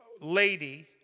lady